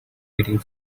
waiting